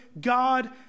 God